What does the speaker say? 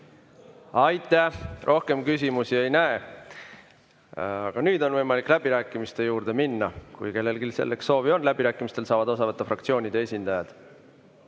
Aitäh! Rohkem küsimusi ei näe. Aga nüüd on võimalik läbirääkimiste juurde minna, kui kellelgi selleks soovi on. Läbirääkimistest saavad osa võtta fraktsioonide esindajad.